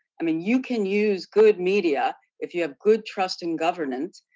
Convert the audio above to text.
i mean you can use good media if you have good trust in governance.